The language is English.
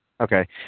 Okay